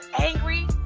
angry